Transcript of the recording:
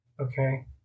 Okay